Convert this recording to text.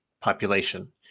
population